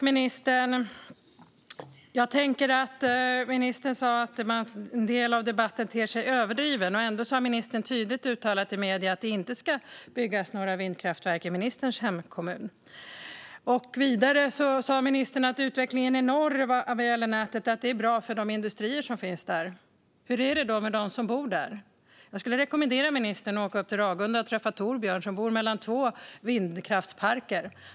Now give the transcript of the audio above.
Herr talman! Ministern sa att en del av debatten ter sig överdriven. Ändå har ministern tydligt uttalat i medierna att det inte ska byggas några vindkraftverk i ministerns hemkommun. Vidare sa ministern att utvecklingen i norr av elnätet är bra för de industrier som finns där. Hur är det då med dem som bor där? Jag skulle rekommendera ministern att åka upp till Ragunda och träffa Torbjörn som bor mellan två vindkraftsparker.